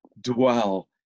dwell